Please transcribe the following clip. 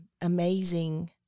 amazing